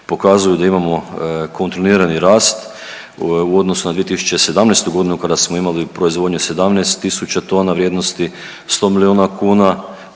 da imamo kontinuirani rast u odnosu na 2017.g. kada smo imali proizvodnju 17 tisuća tona vrijednosti 100 milijuna kuna,